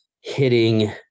hitting